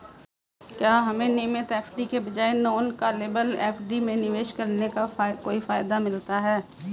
क्या हमें नियमित एफ.डी के बजाय नॉन कॉलेबल एफ.डी में निवेश करने का कोई फायदा मिलता है?